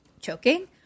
choking